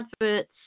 adverts